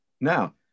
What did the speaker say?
Now